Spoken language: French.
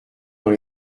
dans